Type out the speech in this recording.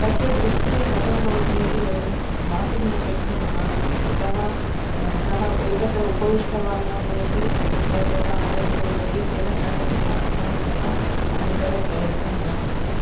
तस्य दृष्टिः कथं भवति इति वयं ज्ञातुं न शक्नुमः यतः सः एकत्र उपविष्टवान् न भवति इतस्ततः अटन् भवति तेन कारणेन अहं तथा अनन्तरं प्रयत्नं न कृतवती